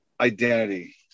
identity